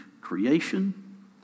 creation